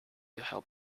help